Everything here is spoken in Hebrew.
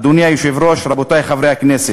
אדוני היושב-ראש, רבותי חברי הכנסת,